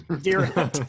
dear